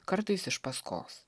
kartais iš paskos